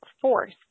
force